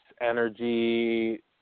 energy